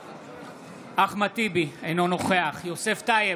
בעד אחמד טיבי, אינו נוכח יוסף טייב,